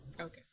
okay